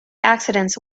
accidents